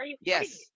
yes